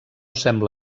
sembla